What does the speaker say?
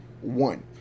One